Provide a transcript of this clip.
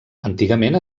antigament